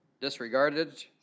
disregarded